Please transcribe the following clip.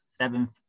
seventh